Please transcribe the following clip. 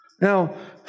Now